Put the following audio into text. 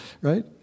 Right